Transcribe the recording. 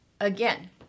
again